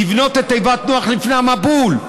לבנות את תיבת נוח לפני המבול,